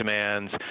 demands